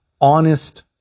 honest